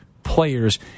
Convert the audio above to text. players